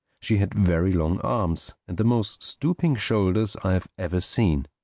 she had very long arms and the most stooping shoulders i have ever seen.